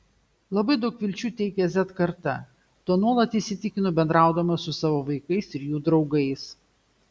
labai daug vilčių teikia z karta tuo nuolat įsitikinu bendraudama su savo vaikais ir jų draugais